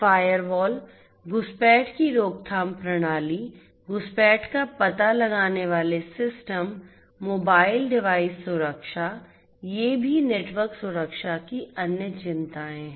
firewall घुसपैठ की रोकथाम प्रणाली घुसपैठ का पता लगाने वाले सिस्टम मोबाइल डिवाइस सुरक्षा ये भी नेटवर्क सुरक्षा की अन्य चिंताएं हैं